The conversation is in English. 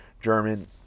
German